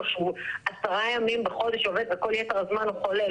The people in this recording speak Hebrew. שהוא עובד עשרה ימים בחודש וכל יתר הזמן הוא חולה,